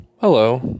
Hello